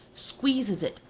squeezes it,